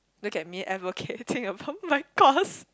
look at me advocating about my course